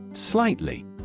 Slightly